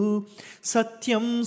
Satyam